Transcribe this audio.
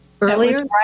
Earlier